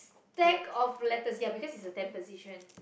stack of letters ya because is a temp position